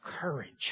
courage